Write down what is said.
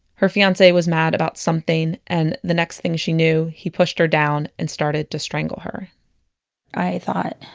her fiance was mad about something, and the next thing she knew, he pushed her down and started to strangle her i thought,